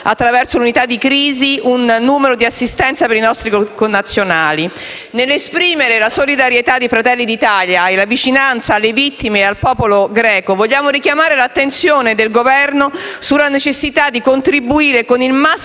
attraverso l'unità di crisi, un numero di assistenza per i nostri connazionali. Nell'esprimere la solidarietà di Fratelli d'Italia e la vicinanza alle vittime del popolo greco, vogliamo richiamare l'attenzione del Governo sulla necessità di contribuire con il massimo